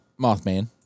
Mothman